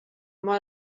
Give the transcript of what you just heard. mor